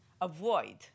avoid